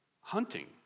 Hunting